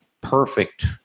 perfect